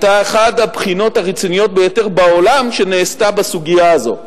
אחת הבחינות הרציניות ביותר בעולם שנעשו בסוגיה הזאת.